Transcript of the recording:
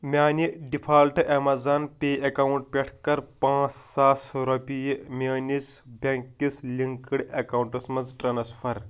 میٛانہِ default Amazon pay account پٮ۪ٹھ کَر پانٛژھ ساس رۄپیہِ میٛٲنِس بٮ۪نٛککِس لِنکٕڈ اٮ۪کاوُنٛٹَس مَنٛز ٹرٛانسفر